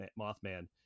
mothman